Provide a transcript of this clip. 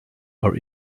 are